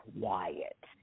quiet